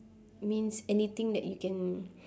means anything that you can